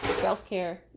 self-care